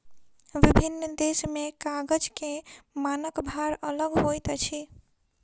विभिन्न देश में कागज के मानक भार अलग होइत अछि